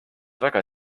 väga